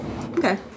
Okay